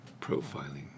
Profiling